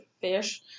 fish